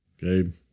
Gabe